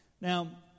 Now